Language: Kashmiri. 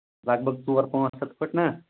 لگ بگ ژور پانٛژھ ہَتھ پھٕٹہٕ نہ